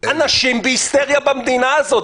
אנשים בהיסטריה במדינה הזאת,